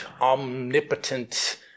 omnipotent